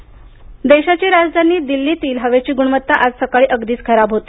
दिल्ली हवा देशाची राजधानी दिल्लीतील हवेची गुणवत्ता आज सकाळी अगदीच खराब होती